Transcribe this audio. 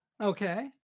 okay